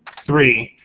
three,